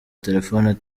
telefoni